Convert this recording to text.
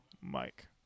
Mike